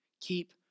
Keep